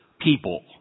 people